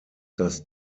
das